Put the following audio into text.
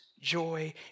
joy